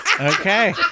Okay